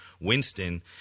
Winston